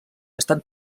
estan